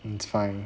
it's fine